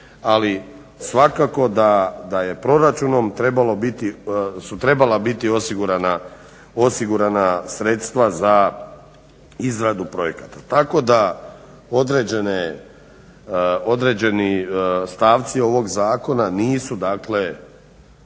ali svakako da su proračunom trebala biti osigurana sredstva za izradu projekata. Tako da određeni stavci ovog zakona nisu dakle